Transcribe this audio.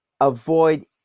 avoid